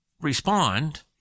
respond